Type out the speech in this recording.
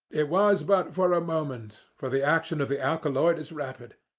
it was but for a moment, for the action of the alkaloid is rapid.